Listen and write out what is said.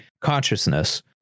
consciousness